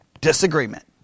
Disagreement